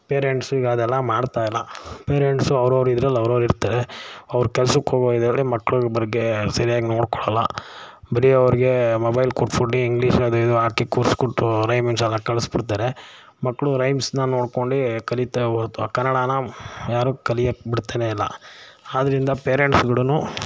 parents ಈಗ ಅದೆಲ್ಲ ಮಾಡ್ತಾಯಿಲ್ಲ ಪೇರೆಂಟ್ಸು ಅವ್ರವ್ರು ಇದ್ರಲ್ಲಿ ಅವ್ರವ್ರು ಇರ್ತಾರೆ ಅವ್ರು ಕೆಲ್ಸಕ್ಕೆ ಹೋಗೋ ಇದರಲ್ಲಿ ಮಕ್ಕಳು ಬಗ್ಗೆ ಸರಿಯಾಗಿ ನೋಡ್ಕೊಳ್ಳೋಲ್ಲ ಬರೀ ಅವರಿಗೆ ಮೊಬೈಲ್ ಕೊಟ್ಬಿಟ್ಟು ಇಂಗ್ಲೀಷ್ ಅದು ಇದು ಹಾಕಿ ಕೂರಿಸ್ಬಿಟ್ಟು ರೈಮಿಂಗ್ಸ್ ಎಲ್ಲ ಕಲಿಸ್ಬಿಡ್ತಾರೆ ಮಕ್ಕಳು ರೈಮ್ಸ್ನ ನೋಡ್ಕೊಂಡು ಕಲಿತಾ ಥೂ ಕನ್ನಡನ ಯಾರು ಕಲಿಯೋಕೆ ಬಿಡ್ತಲೇ ಇಲ್ಲ ಆದ್ದರಿಂದ ಪೇರೆಂಟ್ಸುಗಳೂನು